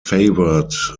favoured